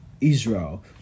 israel